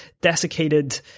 desiccated